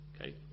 okay